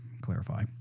clarify